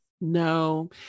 No